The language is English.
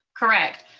correct.